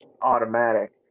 automatic